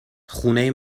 خونه